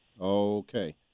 Okay